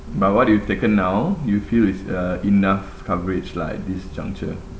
but what you've taken now you feel it's uh enough coverage lah at this juncture